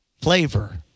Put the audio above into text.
flavor